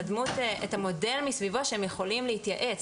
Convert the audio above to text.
את המודל מסביבו שהם יכולים להתייעץ,